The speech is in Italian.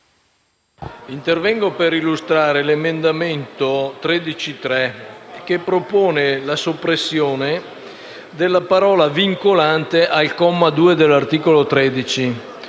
intervengo per illustrare l'emendamento 13.3, che propone la soppressione della parola «vincolante», al comma 2 dell'articolo 13,